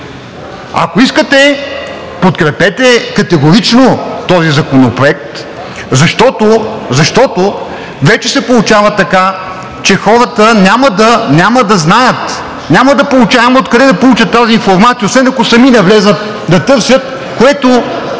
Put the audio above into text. Ако искате, подкрепете категорично този законопроект, защото вече се получава така, че хората няма да знаят, няма откъде да получат тази информация, освен ако сами не влязат да търсят, а